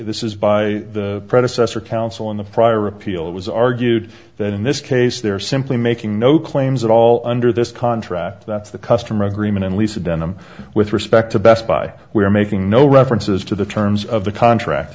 this is by the predecessor council in the prior appeal it was argued that in this case they're simply making no claims at all under this contract that's the customer agreement and lisa dunham with respect to best buy we are making no references to the terms of the contract